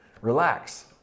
relax